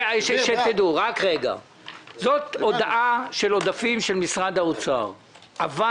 זאת הודעה של עודפים של משרד האוצר אבל